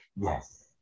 Yes